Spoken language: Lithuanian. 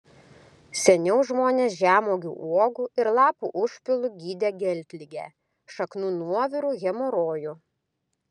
seniau žmonės žemuogių uogų ir lapų užpilu gydė geltligę šaknų nuoviru hemorojų